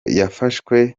yafashwe